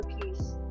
peace